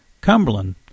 Cumberland